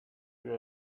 you